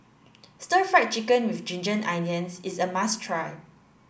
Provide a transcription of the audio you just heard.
stir fried chicken with ginger onions is a must try